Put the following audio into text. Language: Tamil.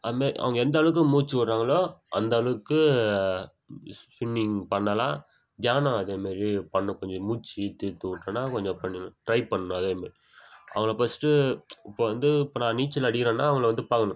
அதுமாரி அவங்க எந்த அளவுக்கு மூச்சு விட்றாங்களோ அந்த அளவுக்கு ஸ் ஸ்விம்மிங் பண்ணலாம் தியானம் அதேமாரி பண்ணணும் கொஞ்சம் மூச்சு இழுத்து இழுத்து விட்டோன்னா கொஞ்சம் பண் ட்ரை பண்ணணும் அதே மாரி அதில் ஃபஸ்ட்டு இப்போது வந்து இப்போ நான் நீச்சல் அடிக்கிறேன்னா அவங்கள வந்து பார்க்கணும்